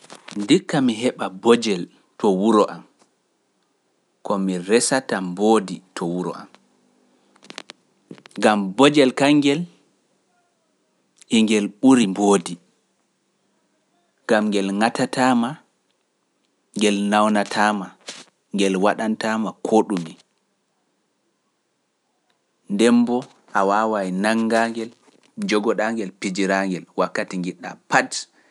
Ndikka mi heɓa bojel to wuro am, ko mi resata mboodi to wuro am, ngam bojel kaŋŋel, hingel ɓuri mboodi, ngam ngel ŋatataama, ngel nawnataama, ngel waɗantaama koo ɗumi, ndem mbo a waawaay nanngaangel, jogoɗaangel, pijiraangel wakkati njiɗɗa pati.